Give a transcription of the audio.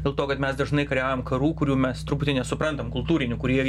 dėl to kad mes dažnai kariaujam karų kurių mes truputį nesuprantam kultūrinių kurie